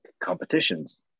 competitions